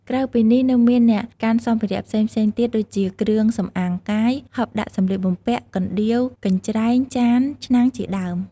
ក្រៅពីនេះ នៅមានអ្នកកាន់សម្ភារៈផ្សេងៗទៀត ដូចជាគ្រឿងសំអាងកាយ ហឹបដាក់សម្លៀកបំពាក់ កណ្ដៀវ កញ្ច្រែង ចាន ឆ្នាំងជាដើម។